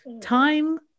time